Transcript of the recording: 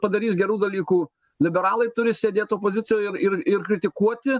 padarys gerų dalykų liberalai turi sėdėt opozicijoj ir ir ir kritikuoti